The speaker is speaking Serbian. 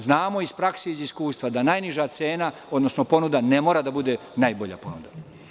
Znamo iz prakse i iz iskustva da najniža cena, odnosno ponuda ne mora da bude najbolja ponuda.